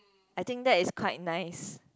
I think that is quite nice